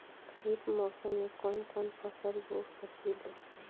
खरिफ मौसम में कवन कवन फसल बो सकि ले?